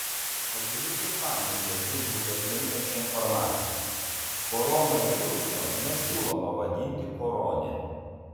kalbininkai paneigė feisbuke plintančią informaciją koronaviruso nesiūloma vadinti korone